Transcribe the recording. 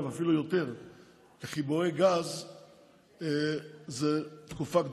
גז למפעלים כאלה ואחרים בכל מיני מקומות.